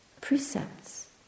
precepts